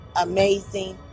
amazing